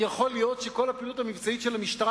יכול להיות שכל הפעילות המבצעית של המשטרה,